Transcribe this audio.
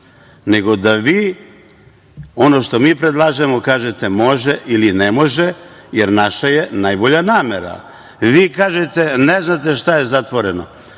nego da vi ono što mi predlažemo, kažete može ili ne može, jer naše je najbolja namera. Vi kažete – ne znate šta je zatvoreno,